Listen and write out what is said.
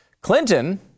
Clinton